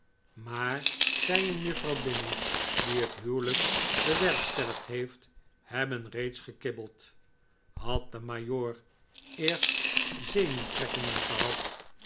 maar zij en juffrouw binny die het huwelijk bewerkstelligd heeft hebben reeds gekibbeld had de majoor eerst zenuwtrekkingen gehad